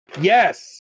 Yes